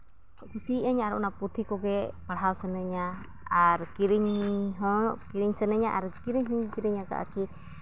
ᱠᱩᱥᱤᱭᱟᱜᱼᱟᱹᱧ ᱟᱨ ᱚᱱᱟ ᱯᱩᱛᱷᱤ ᱠᱚᱜᱮ ᱯᱟᱲᱦᱟᱣ ᱥᱟᱱᱟᱹᱧᱟ ᱟᱨ ᱠᱤᱨᱤᱧᱤᱧ ᱦᱚᱸ ᱠᱤᱨᱤᱧ ᱥᱟᱱᱟᱧᱟ ᱟᱨ ᱠᱤᱨᱤᱧ ᱦᱩᱧ ᱠᱤᱨᱤᱧ ᱟᱠᱟᱫᱼᱟ ᱠᱤ